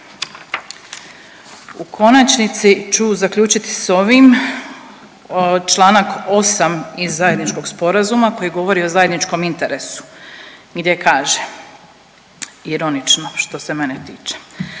U konačnici ću zaključit s ovim čl. 8. iz zajedničkog sporazuma koji govori o zajedničkom interesu gdje kaže ironično što se mene tiče,